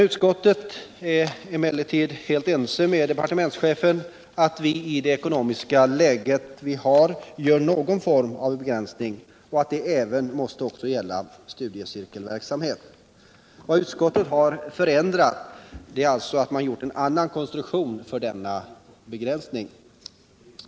Utskottet är emellertid helt ense med departementschefen om att vi i det ekonomiska läge vi har bör göra någon form av begränsning även då det gäller studiecirkelverksamheten. Utskottet har här föreslagit en annan konstruktion för denna begränsning.